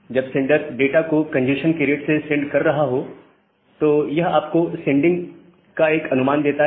जब sender data को congestion की रेट से सेंड कर रहा हो तो यह आपको सेंडिंग दर का एक अनुमान देता है